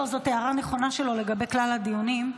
לא, זאת הערה נכונה שלו לגבי כלל הדיונים,